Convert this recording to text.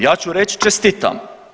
Ja ću reći čestitam.